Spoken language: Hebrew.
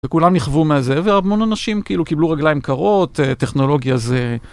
וכולם נכוו מה.. זה והמון אנשים כאילו קיבלו רגליים קרות, טכנולוגיה זה.